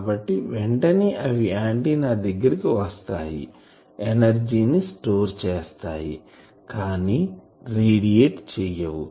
కాబట్టి వెంటనే అవి ఆంటిన్నా దగ్గరికి వస్తాయిఎనర్జీ ని స్టోర్ చేస్తాయికానీ రేడియేట్ కావు